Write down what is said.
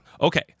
Okay